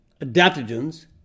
adaptogens